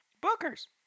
Booker's